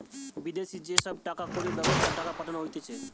বিদেশি যে সব টাকা কড়ির ব্যবস্থা টাকা পাঠানো হতিছে